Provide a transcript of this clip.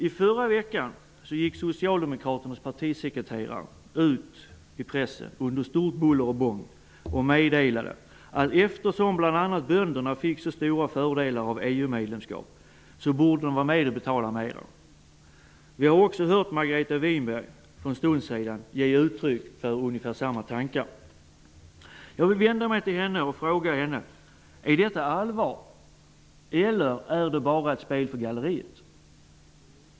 I förra veckan gick Socialdemokraternas partisekreterare ut i pressen under stort buller och bång och meddelade att eftersom bl.a. bönderna får så stora fördelar av ett EU-medlemskap, borde de vara med om att betala. Vi har också hört Margareta Winberg ge uttryck för ungefär samma tanke. Jag vill vända mig till henne och fråga: Är detta allvar eller är det bara ett spel för galleriet?